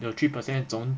你有 three percent 中